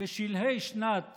בשלהי שנת